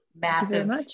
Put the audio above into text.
Massive